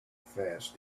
fast